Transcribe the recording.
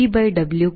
ಆದ್ದರಿಂದ ಅದುTW